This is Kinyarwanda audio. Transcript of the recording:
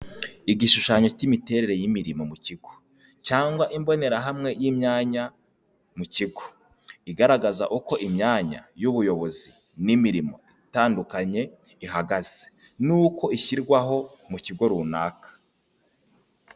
Igishushanyo cyimiterere y'imirimo mu kigo cyangwa imbonerahamwe y'imyanya mu kigo. Igaragaza uko imyanya y'ubuyobozi n'imirimo itandukanye ihagaze n'uko ishyirwaho mu kigo runaka.